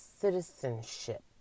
citizenship